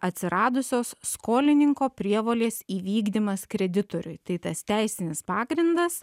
atsiradusios skolininko prievolės įvykdymas kreditoriui tai tas teisinis pagrindas